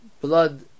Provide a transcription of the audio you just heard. blood